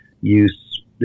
use